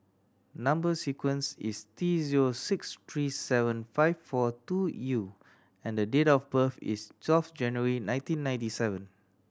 number sequence is T zero six three seven five four two U and date of birth is twelve January nineteen ninety seven